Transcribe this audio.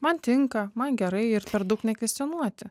man tinka man gerai ir per daug nekvestionuoti